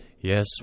Yes